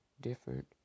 different